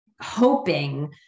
hoping